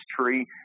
tree